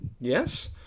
Yes